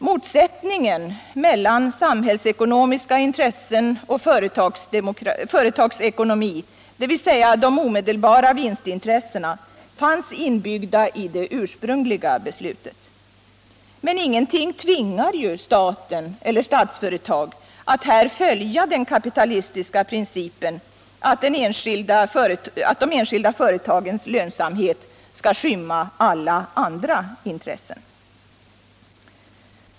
Motsättningen mellan samhällsekonomiska intressen och företagsekonomi, dvs. de omedelbara vinstintressena, fanns inbyggda i det ursprungliga beslutet. Men inget tvingar staten eller Statsföretag att här följa den kapitalistiska principen att de enskilda företagens lönsamhet skall skymma alla andra intressen.